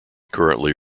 currently